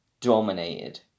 dominated